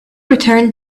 return